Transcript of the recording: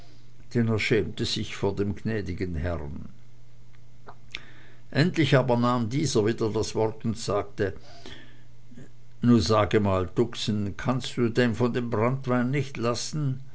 er schämte sich vor dem gnädigen herrn endlich aber nahm dieser wieder das wort und sagte nu sage mal tuxen kannst du denn von dem branntwein nich lassen